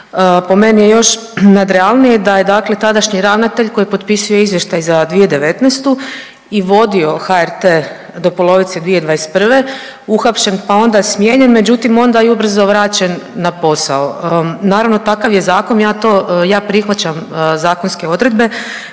Po meni je još nadrealnije da je dakle, tadašnji ravnatelj koji je potpisao Izvještaj za 2019. i vodio HRT do polovice 2021. uhapšen pa onda smijenjen, međutim onda i ubrzo vraćen na posao. Naravno, takav je zakon, ja to, ja prihvaćam zakonske odredbe,